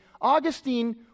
Augustine